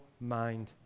mind